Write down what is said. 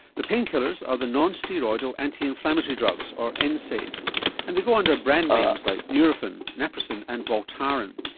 the painkillers are the non-steroidal anti-inflammatory drugs or and nsaids and they go under brand names like nurofen, naprosyn and voltaren.